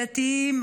דתיים,